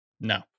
No